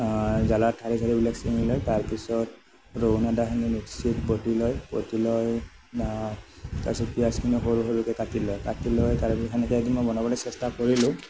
জ্বালাৰ ঠাৰি চাৰিবিলাক চিঙি লয় তাৰপিছত ৰহুন আদাখিনি মিক্সিত বটি লৈ বটিলৈ তাৰপিছত পিঁয়াজখিনি সৰু সৰুকে কাটি লয় কাটিলৈ তাৰপিছত সেনেকে এদিন মই বনাবলৈ চেষ্টা কৰিলোঁ